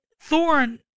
thorn